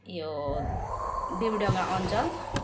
यो देवीडङ्गा अन्चल